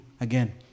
again